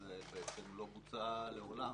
בישראל בעצם לא בוצע מעולם,